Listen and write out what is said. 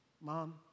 Mom